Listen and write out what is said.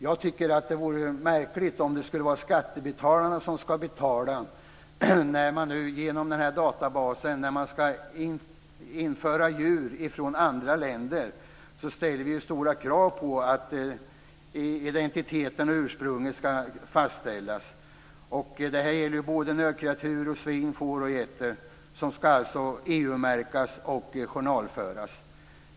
Jag tycker att det är märkligt om det är skattebetalarna som ska betala. När man genom den här databasen ska införa djur från andra länder ställer vi stora krav på att identitet och ursprung ska fastställas. Det gäller både nötkreatur, svin, får och getter som ska EU märkas och journalföras.